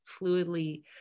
fluidly